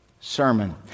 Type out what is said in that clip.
sermon